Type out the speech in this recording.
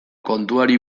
kontuari